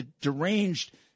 deranged